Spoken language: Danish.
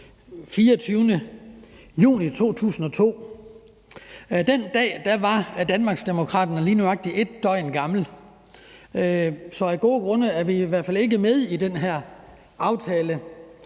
24. juni 2022. Den dag var Danmarksdemokraterne lige nøjagtig 1 døgn gammelt, så af gode grunde er vi i hvert fald ikke med i den her aftale.